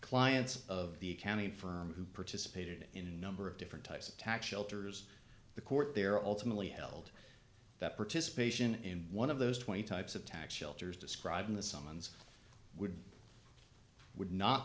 clients of the accounting firm who participated in a number of different types of tax shelters the court there ultimately held that participation in one of those twenty types of tax shelters described in the summons would would not